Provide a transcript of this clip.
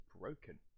broken